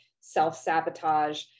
self-sabotage